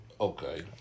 Okay